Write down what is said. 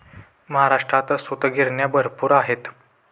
महाराष्ट्रात सूतगिरण्या भरपूर आहेत